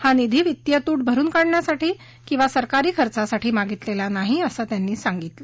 हा निधी वित्तीय तूट भरून काढण्यासाठी किंवा सरकारी खर्चासाठी मागितलेला नाही असं त्यांनी सांगितलं